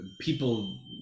people